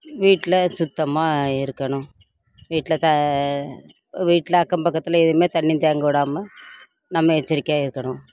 வீட்டில் சுத்தமாக இருக்கணும் வீட்டில் த வீட்டில் அக்கம் பக்கத்தில் எதுவுமே தண்ணி தேங்க விடாம நம்ம எச்சரிக்கையாக இருக்கணும்